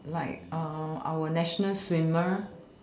like err our national swimmer